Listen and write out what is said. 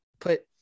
put